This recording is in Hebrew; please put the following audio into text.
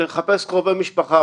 לחפש קרובי משפחה,